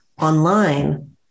online